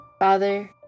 Father